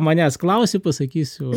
manęs klausi pasakysiu